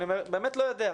אני באמת לא יודע.